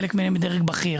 חלק מהם בדרג בכיר